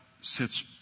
sits